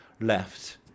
left